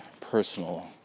personal